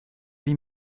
lui